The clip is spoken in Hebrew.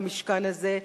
למשכן הזה,